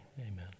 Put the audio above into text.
Amen